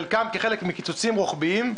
חלקן כחלק מקיצוצים רוחביים,